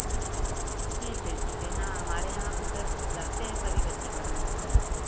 ठीक है ठीक है हाँ हमारे यहाँ पर तो जाते हैं सभी बच्चे पढ़ने